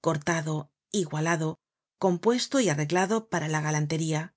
cortado igualado compuesto y arreglado para la galantería